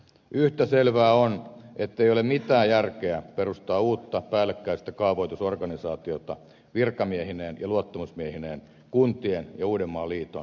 yhtä selvää on ettei ole mitään järkeä perustaa uutta päällekkäistä kaavoitusorganisaatiota virkamiehineen ja luottamusmiehineen kuntien ja uudenmaan liiton lisäksi